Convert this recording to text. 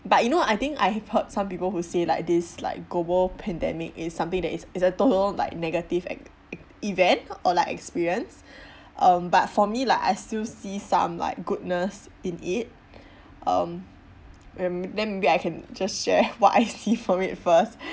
but you know I think I have heard some people who say like this like global pandemic is something that is is a total like negative at at event or like experience um but for me like I still see some like goodness in it um um then maybe I can just share what I see from it first